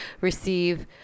receive